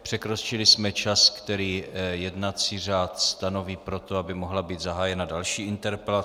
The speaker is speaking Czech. Překročili jsme čas, který jednací řád stanoví pro to, aby mohla být zahájena další interpelace.